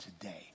today